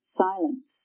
silence